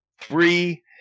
Three